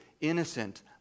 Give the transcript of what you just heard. innocent